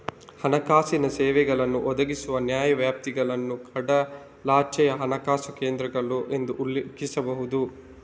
ಹಣಕಾಸಿನ ಸೇವೆಗಳನ್ನು ಒದಗಿಸುವ ನ್ಯಾಯವ್ಯಾಪ್ತಿಗಳನ್ನು ಕಡಲಾಚೆಯ ಹಣಕಾಸು ಕೇಂದ್ರಗಳು ಎಂದು ಉಲ್ಲೇಖಿಸಬಹುದು